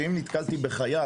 שאם נתקלתי בחייל